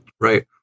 Right